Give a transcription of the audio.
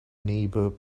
neighbor